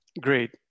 Great